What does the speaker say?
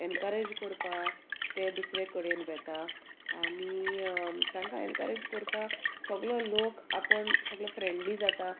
encourage कोरपा ते दुसरे कडेन वेता आनी तांकां एनकरेज कोरपा सोगलो लोक आपूण सगलो फ्रेंडली जाता